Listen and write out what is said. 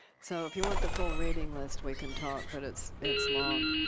so if you want the full reading list, we can talk. but it's it's long.